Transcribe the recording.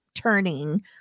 turning